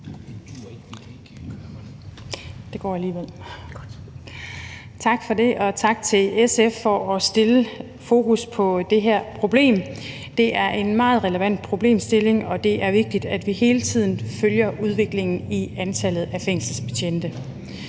Tak for det, formand, og tak til SF for at sætte fokus på det her problem. Det er en meget relevant problemstilling, og det er vigtigt, at vi hele tiden følger udviklingen i antallet af fængselsbetjente.